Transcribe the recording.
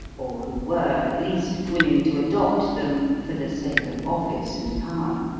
or who were, at least, willing to adopt them for the sake of office and power.